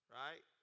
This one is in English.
right